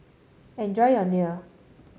enjoy your Kheer